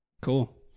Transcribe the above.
Cool